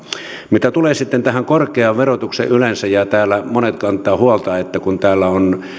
mitä tulee sitten tähän korkeaan verotukseen yleensä niin kun täällä monet kantavat huolta siitä että täällä